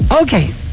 Okay